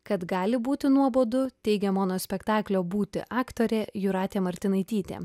kad gali būti nuobodu teigia monospektaklio būti aktorė jūratė martinaitytė